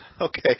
okay